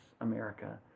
America